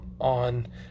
on